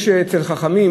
יש אצל חכמים,